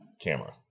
camera